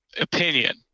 opinion